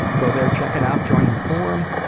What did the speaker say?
go there, check it out, join the forum.